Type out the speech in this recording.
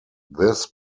this